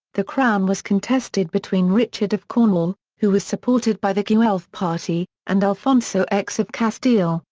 the crown was contested between richard of cornwall, who was supported by the guelph party, and alfonso x of castile,